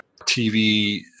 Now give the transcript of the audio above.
TV